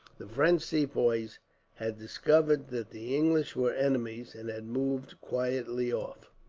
the french sepoys had discovered that the english were enemies, and had moved quietly off.